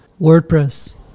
WordPress